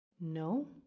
No